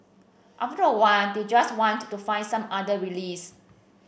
after a while they just want to find some other release